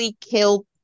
killed